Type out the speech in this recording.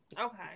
Okay